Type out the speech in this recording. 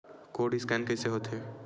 Code scan कइसे होथे?